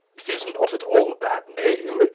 it is not at all a bad name.